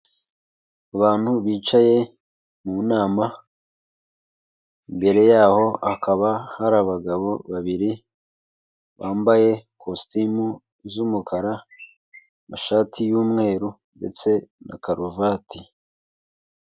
Abantu bicaye mu nama, imbere yaho hakaba hari abagabo babiri, bambaye ikositimu z'umukara, amashati y'umweru, ndetse na karuvati.